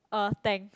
uh thanks